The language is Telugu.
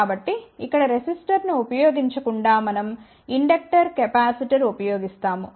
కాబట్టి ఇక్కడ రెసిస్టర్ను ఉపయోగించకుండా మనం ఇండక్టర్ కెపాసిటర్ఉపయోగిస్తాము